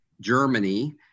Germany